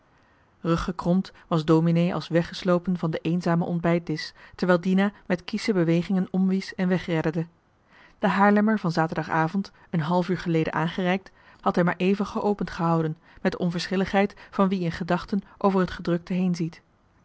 ruggekromd was dominee als weggeslopen van den eenzamen ontbijtdisch terwijl dina met kiesche bewegingen omwiesch en wegredderde de haarlemmer van zaterdagavond een half uur geleden aangereikt had hij maar even geopend gehouden met de onverschilligheid van wie in gedachten over het gedrukte heenziet